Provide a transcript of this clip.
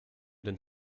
den